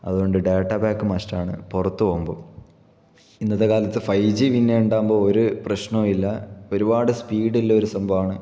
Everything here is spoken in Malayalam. അതുകൊണ്ട് ഡാറ്റ പാക്ക് മസ്റ്റ് ആണ് പുറത്തു പോകുമ്പോൾ ഇന്നത്തെ കാലത്ത് ഫൈവ് ജി പിന്നെ ഉണ്ടാകുമ്പോൾ ഒരു പ്രശ്നവും ഇല്ല ഒരുപാട് സ്പീഡ് ഉള്ള ഒരു സംഭവമാണ്